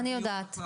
שמתחילים.